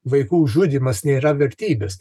vaikų žudymas nėra vertybės